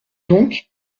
donc